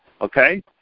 Okay